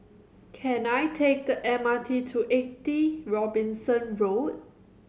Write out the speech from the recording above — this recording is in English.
can I take the M R T to Eighty Robinson Road